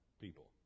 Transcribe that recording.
people